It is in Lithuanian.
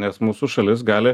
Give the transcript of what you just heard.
nes mūsų šalis gali